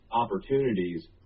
opportunities